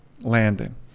landing